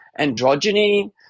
androgyny